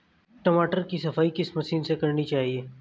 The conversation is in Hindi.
टमाटर की सफाई किस मशीन से करनी चाहिए?